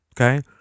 okay